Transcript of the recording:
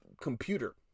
computer